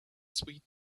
sweet